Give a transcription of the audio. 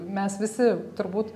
mes visi turbūt